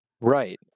Right